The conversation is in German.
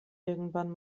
irgendwann